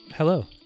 Hello